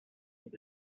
sind